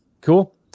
Cool